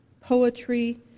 poetry